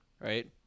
right